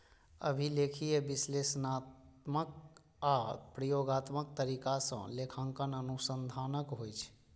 अभिलेखीय, विश्लेषणात्मक आ प्रयोगात्मक तरीका सं लेखांकन अनुसंधानक होइ छै